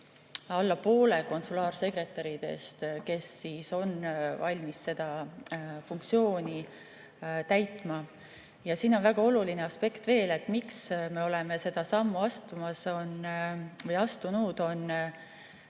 alla poole konsulaarsekretäridest, kes on valmis seda funktsiooni täitma. Ja siin on üks väga oluline aspekt veel. Põhjus, miks me oleme sellise sammu astunud, on